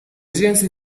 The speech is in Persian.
جنسی